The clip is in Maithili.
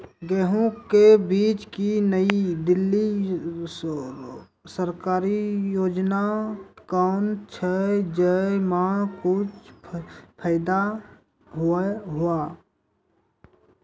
गेहूँ के बीज की नई दिल्ली सरकारी योजना कोन छ जय मां कुछ फायदा हुआ?